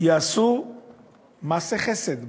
יעשו מעשה חסד,